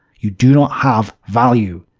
you do not have value,